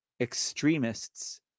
extremists